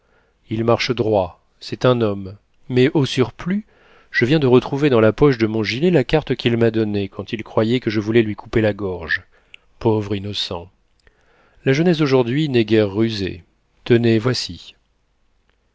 il marche droit c'est un homme mais au surplus je viens de retrouver dans la poche de mon gilet la carte qu'il m'a donnée quand il croyait que je voulais lui couper la gorge pauvre innocent la jeunesse d'aujourd'hui n'est guère rusée tenez voici